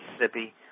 Mississippi